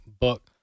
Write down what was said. book